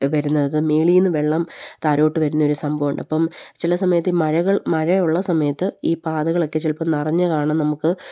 വരുന്നത് മുകളിൽ നിന്ന് വെള്ളം താഴോട്ട് വരുന്ന ഒരു സംഭവമുണ്ട് അപ്പം ചില സമയത്ത് ഈ മഴകൾ മഴയുള്ള സമയത്ത് ഈ പാതകളൊക്കെ ചിലപ്പം നിറഞ്ഞ് കാരണം നമുക്ക്